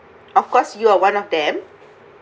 of course you are one of them